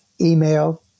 email